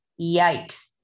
Yikes